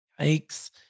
Yikes